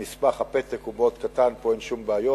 המסמך, הפתק, הוא מאוד קטן, פה אין שום בעיות.